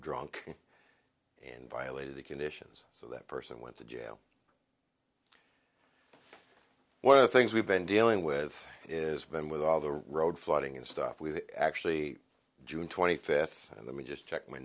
drunk and violated the conditions so that person went to jail one of the things we've been dealing with is been with all the road flooding and stuff we've actually june twenty fifth in the me just check my